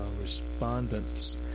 respondents